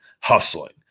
hustling